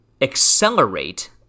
accelerate